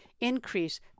increase